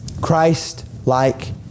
Christ-like